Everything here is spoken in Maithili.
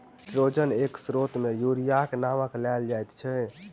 नाइट्रोजनक एक स्रोत मे यूरियाक नाम लेल जाइत छै